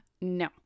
No